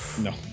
No